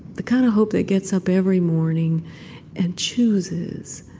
the kind of hope that gets up every morning and chooses